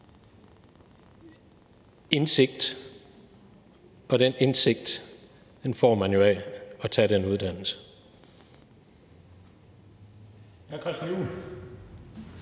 indsigt, og den indsigt får man jo af at tage den uddannelse.